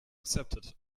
accepted